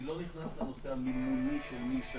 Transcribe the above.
אני לא נכנס לנושא מי ישלם,